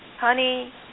Honey